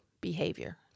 behavior